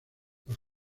los